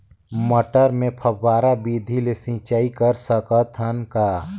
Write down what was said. मटर मे फव्वारा विधि ले सिंचाई कर सकत हन का?